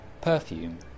Perfume